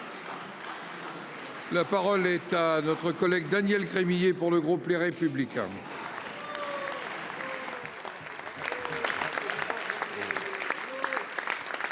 La parole est à notre collègue Daniel crémier pour le groupe Les Républicains.